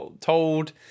told